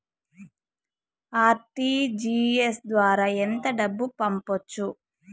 RTGS ద్వారా ఎంత డబ్బు పంపొచ్చు?